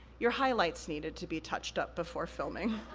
your highlights needed to be touched up before filming.